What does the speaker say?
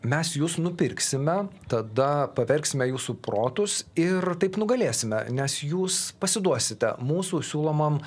mes jus nupirksime tada pavergsime jūsų protus ir taip nugalėsime nes jūs pasiduosite mūsų siūlomam